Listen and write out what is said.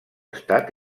estat